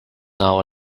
hour